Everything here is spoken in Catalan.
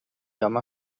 home